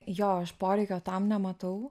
jo aš poreikio tam nematau